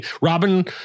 Robin